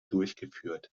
durchgeführt